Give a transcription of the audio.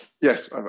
Yes